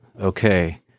Okay